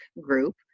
group